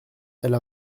elle